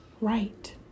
right